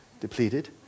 depleted